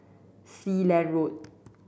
Sealand Road